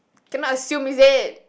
cannot assume is it